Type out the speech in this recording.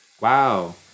wow